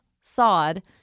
sod